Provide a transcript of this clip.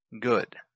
Good